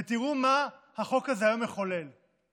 ותראו מה החוק הזה מחולל היום.